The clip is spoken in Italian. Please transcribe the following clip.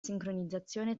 sincronizzazione